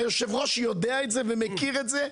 היושב-ראש יודע את זה ומכיר את זה.